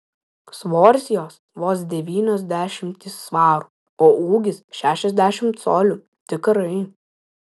svoris jos vos devynios dešimtys svarų o ūgis šešiasdešimt colių tikrai